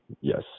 yes